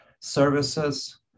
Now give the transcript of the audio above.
services